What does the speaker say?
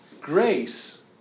grace